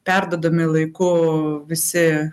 perduodami laiku visi